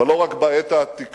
אבל לא רק בעת העתיקה